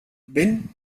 vent